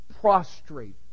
prostrate